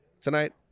tonight